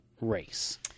race